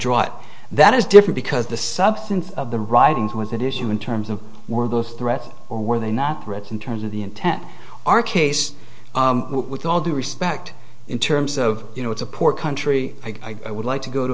but that is different because the substance of the writing has that issue in terms of were those threats or were they not threats in terms of the intent our case with all due respect in terms of you know it's a poor country i would like to go to